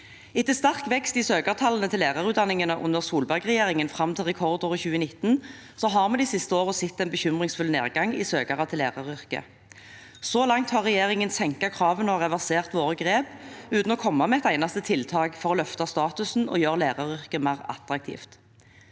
Etter sterk vekst i søkertallene til lærerutdanningen under Solberg-regjeringen fram til rekordåret 2019, har vi de siste årene sett en bekymringsfull nedgang i søkere til læreryrket. Så langt har regjeringen senket kravene og reversert våre grep, uten å komme med et eneste tiltak for å løfte statusen og gjøre læreryrket mer attraktivt.